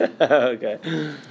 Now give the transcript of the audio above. Okay